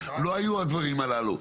לא היו הדברים הללו.